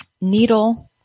needle